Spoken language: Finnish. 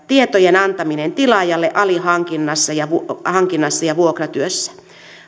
tietojen antaminen tilaajalle alihankinnassa ja alihankinnassa ja vuokratyössä